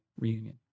reunion